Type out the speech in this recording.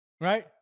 Right